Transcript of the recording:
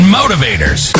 motivators